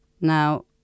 Now